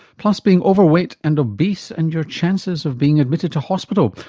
plus being overweight and obese and your chances of being admitted to hospital.